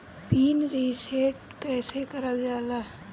Pin reset कईसे करल जाला?